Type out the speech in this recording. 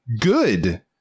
good